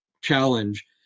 challenge